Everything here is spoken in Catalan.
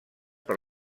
per